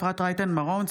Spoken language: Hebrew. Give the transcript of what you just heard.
אפרת רייטן מרום,